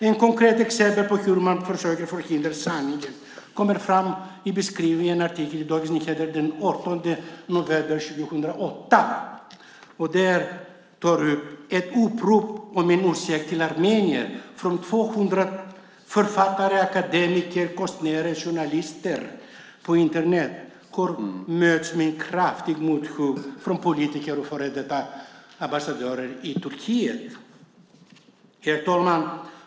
Ett konkret exempel på hur man försöker förhindra att sanningen kommer fram beskrivs i en artikel i Dagens Nyheter den 8 november 2008. Där tar man upp att ett upprop på Internet från 200 författare, akademiker, konstnärer och journalister om en ursäkt till armenier möter kraftigt mothugg från politiker och före detta ambassadörer i Turkiet. Herr talman!